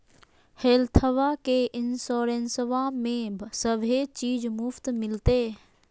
हेल्थबा के इंसोरेंसबा में सभे चीज मुफ्त मिलते?